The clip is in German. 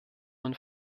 man